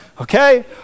Okay